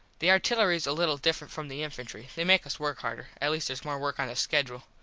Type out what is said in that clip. the artillerys a little different from the infantry. they make us work harder. at least theres more work on the skedule.